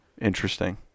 Interesting